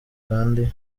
kandi